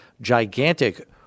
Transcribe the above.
gigantic